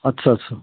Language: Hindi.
अच्छा अच्छा